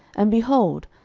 and, behold,